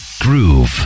Groove